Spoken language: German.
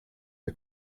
der